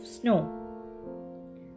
snow